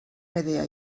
medea